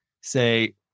say